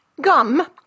Gum